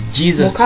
jesus